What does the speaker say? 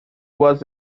was